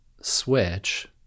switch